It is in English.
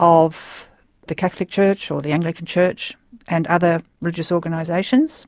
of the catholic church or the anglican church and other religious organisations